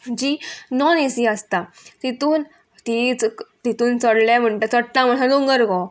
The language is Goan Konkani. जी नॉन एसी आसता तितून ती च तितून चडले म्हणटा चडटा म्हणल्यार दोंगर कोहो